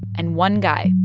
and one guy,